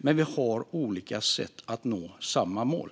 Men vi har olika sätt att nå samma mål.